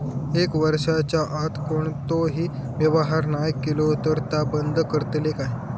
एक वर्षाच्या आत कोणतोही व्यवहार नाय केलो तर ता बंद करतले काय?